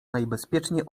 najbezpieczniej